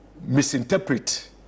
misinterpret